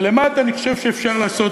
ולמטה אני חושב שאפשר לעשות.